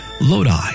Lodi